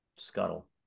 scuttle